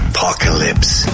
Apocalypse